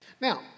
Now